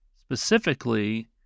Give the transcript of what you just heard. Specifically